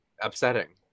upsetting